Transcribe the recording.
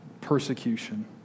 persecution